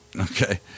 okay